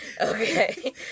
Okay